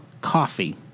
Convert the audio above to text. coffee